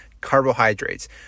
carbohydrates